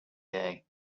day